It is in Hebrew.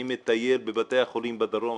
אני מטייל בבתי החולים בדרום.